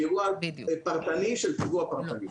לאירוע פרטני של פיגוע פרטני.